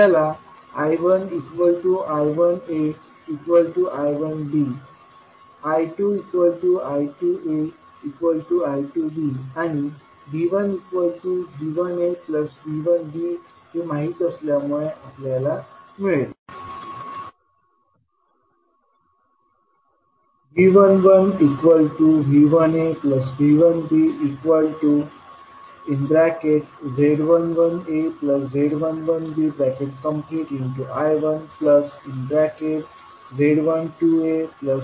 आपल्याला I1I1aI1bI2I2aI2b आणि V1V1aV1b हे माहीत असल्यामुळे आपल्याला मिळेल